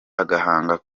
agahanga